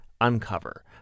Uncover